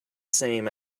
same